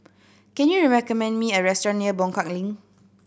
can you recommend me a restaurant near Buangkok Link